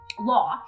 law